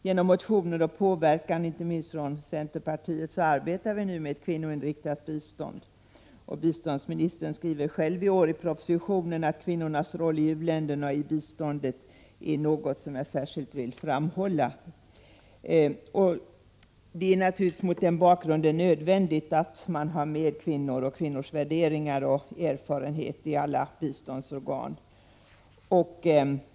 Genom motioner och påverkan, inte minst från centerpartiet, arbetar vi nu med ett kvinnoinriktat bistånd. Biståndsministern skriver själv i år i propositionen härvidlag: Kvinnornas roll i u-länderna och i biståndet är något som jag särskilt vill framhålla. Det är naturligtvis mot den bakgrunden nödvändigt att man har med kvinnor och kvinnors värderingar och erfarenhet i alla biståndsorgan.